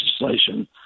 legislation